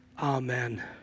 Amen